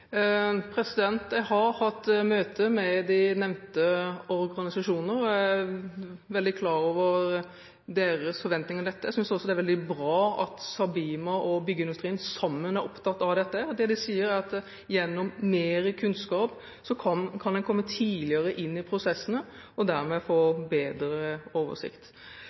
Jeg har hatt møte med de nevnte organisasjonene. Jeg er veldig klar over deres forventninger til dette. Jeg synes også det er veldig bra at SABIMA og byggeindustrien sammen er opptatt av dette. Det de sier, er at gjennom mer kunnskap kan en komme tidligere inn i prosessene og dermed få bedre oversikt.